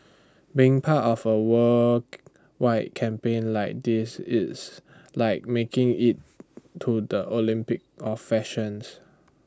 being part of A world wide campaign like this it's like making IT to the Olympics of fashions